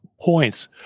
points